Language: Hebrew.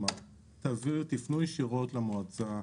כלומר תפנו ישירות למועצה.